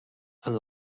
and